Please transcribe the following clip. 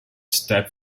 step